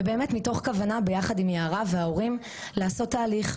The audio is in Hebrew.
ובאמת מתוך כוונה ביחד עם יערה וההורים לעשות תהליך,